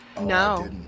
No